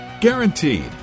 Guaranteed